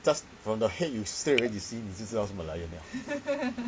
just from the head you see already you see 你就知道是 merlion 了